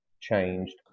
changed